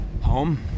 Home